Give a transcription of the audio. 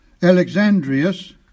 Alexandrius